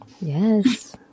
Yes